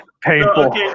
painful